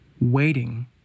waiting